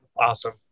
Awesome